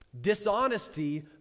dishonesty